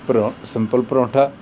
ਪਰੋ simple paratha